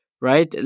Right